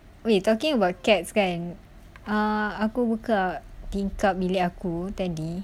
wait you talking about cat kan uh aku buka tingkap bilik aku tadi